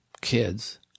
kids